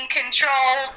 control